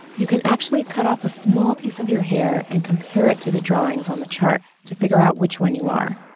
you can actually cut off a small piece of your hair and compare it to the drawings on the chart to figure out which one you are.